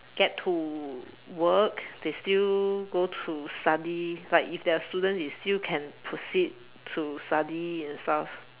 get to work they still go to study like if they are student they still can proceed to study and stuff